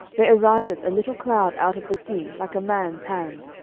there ariseth a little cloud out of the sea, like a man's hand.